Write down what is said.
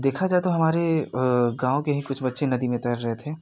देखा जाए तो हमारे गाँव के ही कुछ बच्चे नदी में तैर रहे थे